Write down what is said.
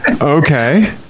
okay